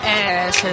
ass